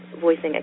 voicing